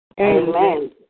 Amen